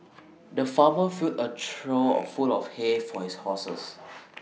the farmer filled A trough of full of hay for his horses